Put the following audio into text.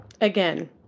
Again